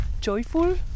joyful